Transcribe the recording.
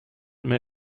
mehr